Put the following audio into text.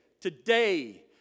today